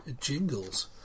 jingles